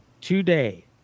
today